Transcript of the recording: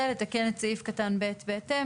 ולתקן את סעיף קטן (ב) בהתאם.